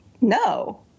no